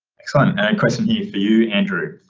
excellent. a question here for you andrew.